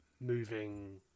moving